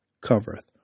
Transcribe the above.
covereth